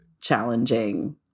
challenging